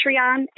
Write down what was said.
Patreon